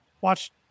Watch